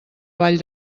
vall